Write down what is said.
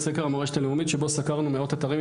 את סקר המורשת הלאומית שבו סקרנו מאות אתרים.